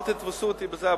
אל תתפסו אותי בזה,